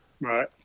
right